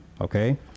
okay